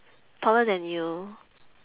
taller than you